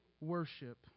worship